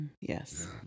Yes